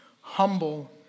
Humble